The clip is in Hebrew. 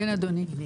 כן אדוני.